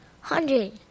hundred